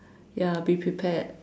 ya be prepared